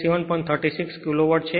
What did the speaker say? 36 kilowatt છે